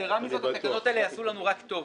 ויתירה מזאת, התקנות האלה יעשו לנו רק טוב.